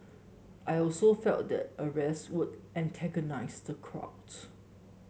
I also felt that arrest would antagonise the crowd